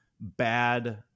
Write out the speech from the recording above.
bad